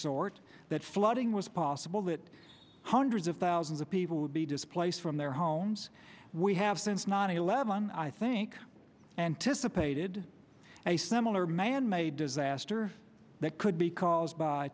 sort that flooding was possible that hundreds of thousands of people would be displaced from their homes we have since nine eleven i think anticipated a similar manmade disaster that could be caused by